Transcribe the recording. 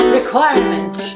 requirement